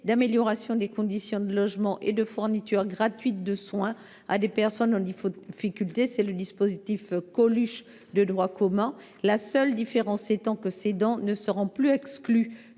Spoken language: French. d’amélioration des conditions de logement et de fourniture gratuite de soins à des personnes en difficulté – c’est le dispositif dit Coluche de droit commun –, la seule différence étant que ces dons ne seront plus exclus